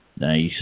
Nice